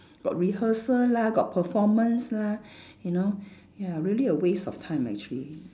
got rehearsal lah got performance lah you know ya really a waste of time actually